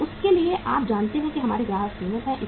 उसके लिए आप जानते हैं कि हमारे ग्राहक सीमित हैं